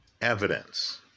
evidence